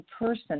person